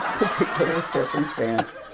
circumstance.